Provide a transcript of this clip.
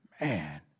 Man